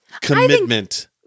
commitment